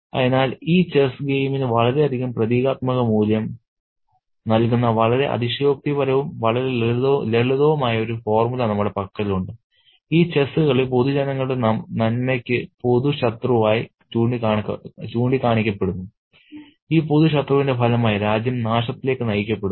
അതിനാൽ ഈ ചെസ്സ് ഗെയിമിന് വളരെയധികം പ്രതീകാത്മക മൂല്യം നൽകുന്ന വളരെ അതിശയോക്തിപരവും വളരെ ലളിതവുമായ ഒരു ഫോർമുല നമ്മുടെ പക്കലുണ്ട് ഈ ചെസ്സ് കളി പൊതുജനങ്ങളുടെ നന്മക്ക് പൊതു ശത്രുവായി ചൂണ്ടിക്കാണിക്കപ്പെടുന്നു ഈ പൊതു ശത്രുവിന്റെ ഫലമായി രാജ്യം നാശത്തിലേക്ക് നയിക്കപ്പെടുന്നു